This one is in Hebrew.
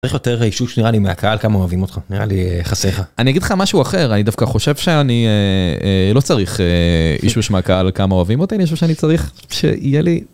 יותר אישוש נראה לי מהקהל כמה אוהבים אותך נראה לי חסר לך - אני אגיד לך משהו אחר אני דווקא חושב שאני לא צריך אישוש מהקהל כמה אוהבים אותי אני חושב שאני צריך שיהיה לי.